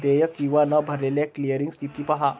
देयक किंवा न भरलेली क्लिअरिंग स्थिती पहा